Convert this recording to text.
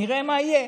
נראה מה יהיה.